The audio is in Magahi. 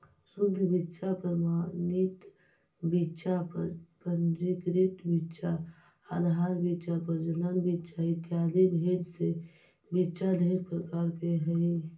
शुद्ध बीच्चा प्रमाणित बीच्चा पंजीकृत बीच्चा आधार बीच्चा प्रजनन बीच्चा इत्यादि भेद से बीच्चा ढेर प्रकार के हई